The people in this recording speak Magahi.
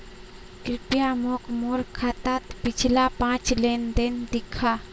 कृप्या मोक मोर खातात पिछला पाँच लेन देन दखा